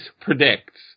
predicts